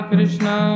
Krishna